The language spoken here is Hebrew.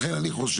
לכן אני חושב,